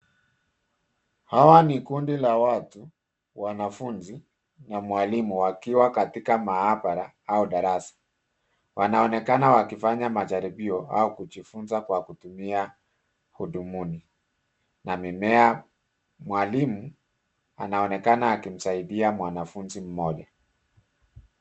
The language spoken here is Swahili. Hawa ni kundi la watu, wanafunzi na mwalimu, wakiwa katika mahabara au darasa . Wanaonekana wakifanya majaribio au kujifunza kwa kutumia hudumuni na mimea. Mwalimu anaonekana akimsaidia mwanafunzi mmoja.